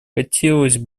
хотелось